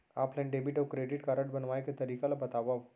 Offline debit अऊ credit card बनवाए के तरीका ल बतावव?